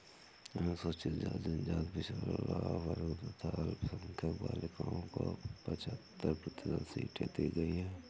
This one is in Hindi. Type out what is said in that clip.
अनुसूचित जाति, जनजाति, पिछड़ा वर्ग तथा अल्पसंख्यक बालिकाओं को पचहत्तर प्रतिशत सीटें दी गईं है